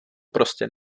prostě